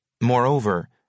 Moreover